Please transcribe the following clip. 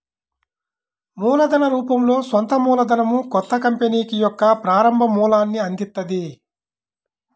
మూలధన రూపంలో సొంత మూలధనం కొత్త కంపెనీకి యొక్క ప్రారంభ మూలాన్ని అందిత్తది